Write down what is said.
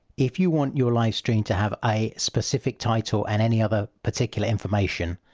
if you want your live stream to have a specific title and any other particular information,